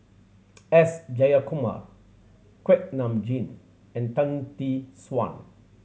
S Jayakumar Kuak Nam Jin and Tan Tee Suan